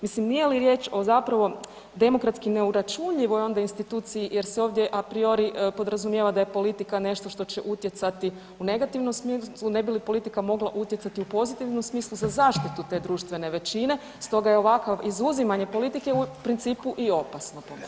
Mislim nije li riječ o zapravo demokratski neuračunljivoj instituciji jer se ovdje a priori podrazumijeva da je politika nešto što će utjecati u negativnom smislu, ne bi li politika mogla utjecati u pozitivnom smislu za zaštitu te društvene većine stoga je ovakav izuzimanje politike u principu i oposno po meni.